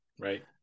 Right